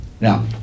Now